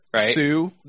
Sue